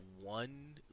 one